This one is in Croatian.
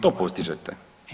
To postižite.